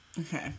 Okay